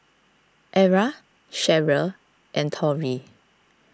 Era Cheryll and Torrie